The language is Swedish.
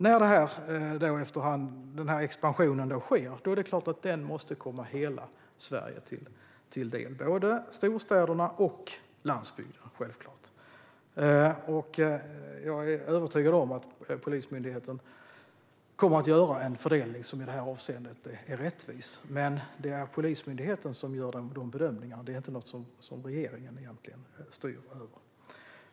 När expansionen sker måste den komma hela Sverige till del, såväl storstäderna som landsbygden. Jag är övertygad om att Polismyndigheten kommer att göra en rättvis fördelning i det avseendet. Men det är Polismyndigheten som gör de bedömningarna. Det är inget som regeringen styr över.